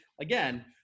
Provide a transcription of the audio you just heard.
again